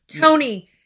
Tony